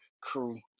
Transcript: crew